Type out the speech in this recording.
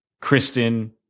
Kristen